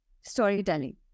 storytelling